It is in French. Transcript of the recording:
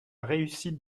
réussite